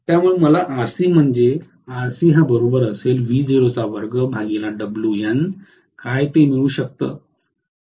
त्यामुळे मला Rc म्हणजे काय ते मिळू शकतं